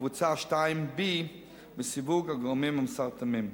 כקבוצה B2 בסיווג הגורמים המסרטנים.